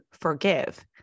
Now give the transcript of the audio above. forgive